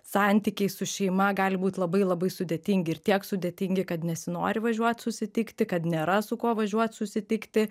santykiai su šeima gali būt labai labai sudėtingi ir tiek sudėtingi kad nesinori važiuot susitikti kad nėra su kuo važiuot susitikti